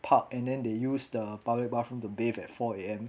park and then they use the public bathroom to bathe at four A_M